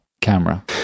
camera